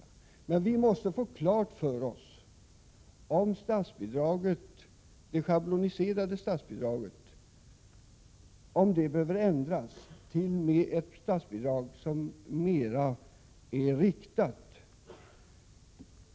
Vi måste emellertid få klart för oss om det schabloniserade statsbidraget behöver ändras så att det blir mer riktat.